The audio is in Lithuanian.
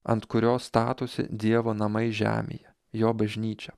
ant kurios statosi dievo namai žemėje jo bažnyčia